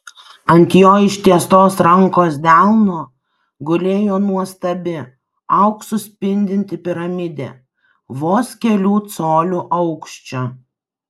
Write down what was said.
ant jo ištiestos rankos delno gulėjo nuostabi auksu spindinti piramidė vos kelių colių aukščio